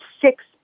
six